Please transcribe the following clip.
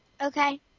Okay